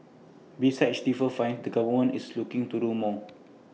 besides stiffer fines the government is looking to do more